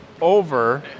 over